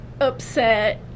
Upset